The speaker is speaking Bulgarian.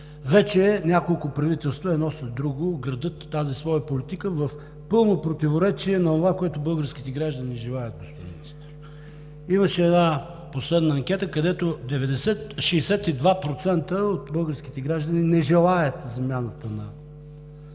вече няколко правителства едно след друго градят тази своя политика в пълно противоречие на онова, което българските граждани желаят, господин Министър. Имаше една последна анкета, където 62% от българските граждани не желаят замяната на